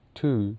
two